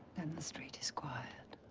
then the street is quiet.